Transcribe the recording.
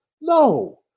No